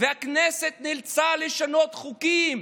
והכנסת נאלצה לשנות חוקים.